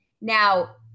Now